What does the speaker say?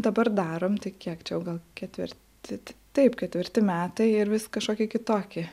dabar darome tai kiek čia auga ketvirti taip ketvirti metai ir vis kažkoki kitoki